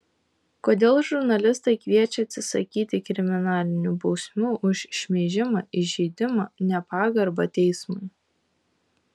kodėl žurnalistai kviečia atsisakyti kriminalinių bausmių už šmeižimą įžeidimą nepagarbą teismui